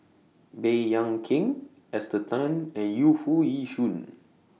Baey Yam Keng Esther Tan and Yu Foo Yee Shoon